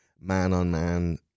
man-on-man